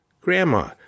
Grandma